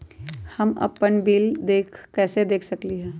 हम अपन देल बिल कैसे देख सकली ह?